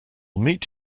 meet